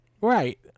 Right